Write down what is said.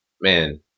man